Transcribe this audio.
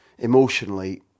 emotionally